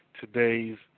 today's